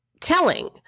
telling